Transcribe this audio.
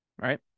right